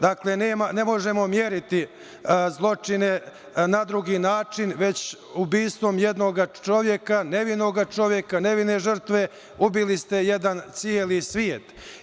Dakle, ne možemo meriti zločine na drugi način, već ubistvom jednoga čoveka, nevinog čoveka, nevine žrtve, ubili ste jedan celi svet.